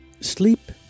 Sleep